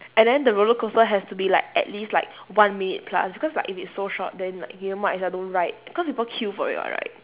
and then the roller coaster has to be like at least like one minute plus because like if it's so short then like you might as well don't ride because people queue for it [what] right